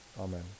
Amen